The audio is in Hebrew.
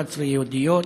11 יהודיות,